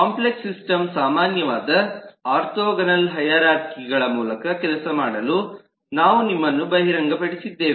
complex system ಸಾಮಾನ್ಯವಾದ orthogonal ಹೈರಾರ್ಖಿಗಳ ಮೂಲಕ ಕೆಲಸ ಮಾಡಲು ನಾವು ನಿಮ್ಮನ್ನು ಬಹಿರಂಗಪಡಿಸಿದ್ದೇವೆ